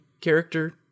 character